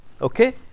Okay